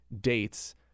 dates